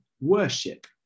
worship